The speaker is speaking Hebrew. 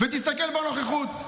ותסתכל בנוכחות.